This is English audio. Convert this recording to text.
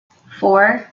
four